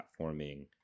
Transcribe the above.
platforming